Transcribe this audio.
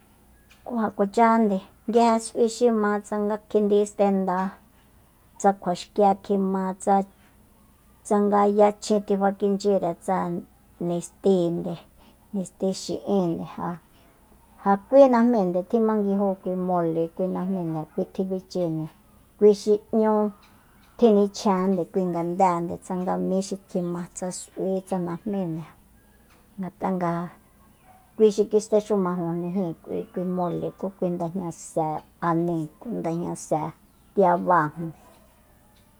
Kú ja kuachajande nguije s'ui xi ma tsanga kjindi stenda tsa kjua xkie kjima tsa- tsanga yachjin tifakichyire tsa nistíinde nisti xi'índe ja kui najmíinde tjimanguijó kui mole kui najmínde kui tjibichinde kui xi n´ñu tjinchjenjande kui ngandéende tsannga míxi kjima tsa s'ui tsa najmínde ngat'a nga kui xi kistexumajojni jíin k'ui kui mole ku kui ndajña sée aníi kui ndajña se tiabáa